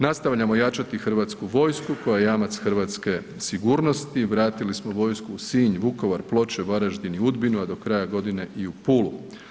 Nastavljamo jačati hrvatsku vojsku koja je jamac hrvatske sigurnosti, vratili smo vojsku u Sinj, Vukovar, Ploče, Varaždin i Udbinu, a do kraja godine i u Pulu.